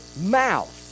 mouth